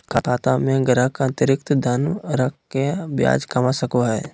खाता में ग्राहक अतिरिक्त धन रख के ब्याज कमा सको हइ